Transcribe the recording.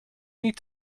niet